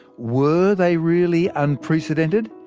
were they really unprecedented,